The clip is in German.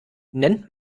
nennt